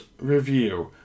review